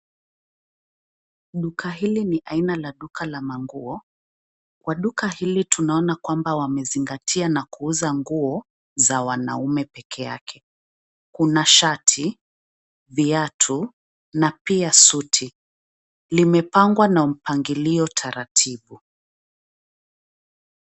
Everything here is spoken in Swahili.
Duka hili ni aina la duka la manguo, kwa duka hili tunaona kwamba wamezingatia na kuuza nguo za wanaume peke yake. Kuna shati, viatu na pia suti. Limepangwa na mpangilio taratibu.